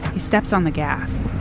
he steps on the gas